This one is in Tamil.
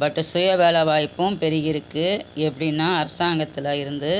பட்டு சுய வேலைவாய்ப்பும் பெருகிருக்கு எப்படினா அரசாங்கத்தில் இருந்து